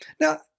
Now